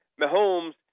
Mahomes